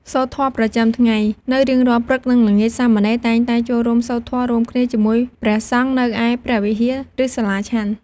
សូត្រធម៌ប្រចាំថ្ងៃ នៅរៀងរាល់ព្រឹក និងល្ងាច សាមណេរតែងតែចូលរួមសូត្រធម៌រួមគ្នាជាមួយព្រះសង្ឃនៅឯព្រះវិហារ ឬសាលាឆាន់។